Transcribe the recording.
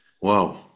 wow